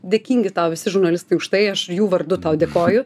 dėkingi tau visi žurnalistai už tai aš jų vardu tau dėkoju